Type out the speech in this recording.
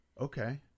okay